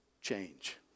change